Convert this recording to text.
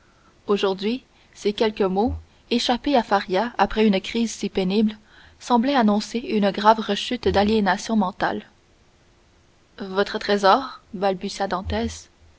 aujourd'hui ces quelques mots échappés à faria après une crise si pénible semblaient annoncer une grave rechute d'aliénation mentale votre trésor